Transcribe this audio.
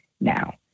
now